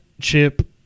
chip